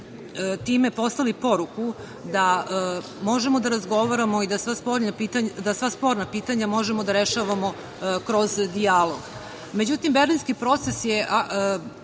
time poslali poruku da možemo da razgovaramo i da sva sporna pitanja možemo da rešavamo kroz dijalog.Međutim, Berlinski proces je